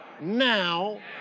now